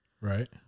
Right